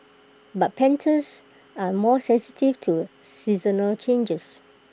but pandas are more sensitive to seasonal changes